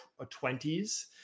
20s